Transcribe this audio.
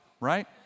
right